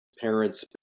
parents